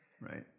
right